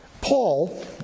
Paul